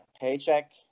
paycheck